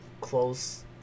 close